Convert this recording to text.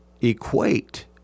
equate